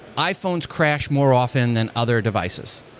iphones crash more often than other devices.